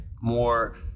more